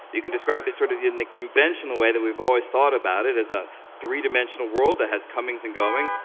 you can describe it sort of in the conventional way that we've always thought about it as a three-dimensional world that has comings and goings.